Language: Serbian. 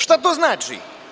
Šta to znači?